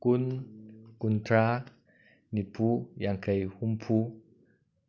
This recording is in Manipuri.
ꯀꯨꯟ ꯀꯨꯟꯊ꯭ꯔꯥ ꯅꯤꯐꯨ ꯌꯥꯡꯈꯩ ꯍꯨꯝꯐꯨ